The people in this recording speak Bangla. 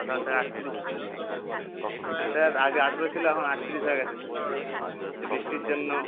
কোথাও স্যার আটতিরিশ হ্যাঁ স্যার আগে আঠেরো ছিলো এখন আটতিরিশ হয়ে গেছে স্যার এখন বৃষ্টির জন্য